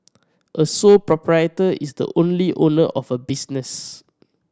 a sole proprietor is the only owner of a business